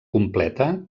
completa